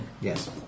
Yes